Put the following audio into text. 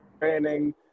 training